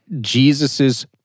Jesus's